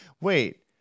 wait